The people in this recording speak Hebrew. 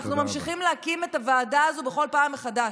ממשיכים להקים את הוועדה הזו בכל פעם מחדש.